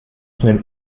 schnell